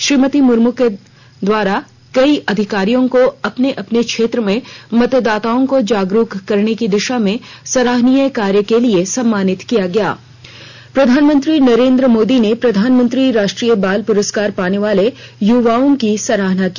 श्रीमती मुर्मू के द्वारा कई अधिकारियों को अपने अपने क्षेत्र में मतदाताओं को जागरूक करने की दिशा में सराहनीय कार्य के लिए सम्मानित किया गया प्रधानमंत्री नरेन्द्र मोदी ने प्रधानमंत्री राष्ट्रीय बाल पुरस्कार पाने वाले युवाओं की सराहना की